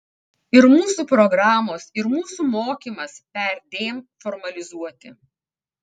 ir mūsų programos ir mūsų mokymas perdėm formalizuoti